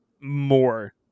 more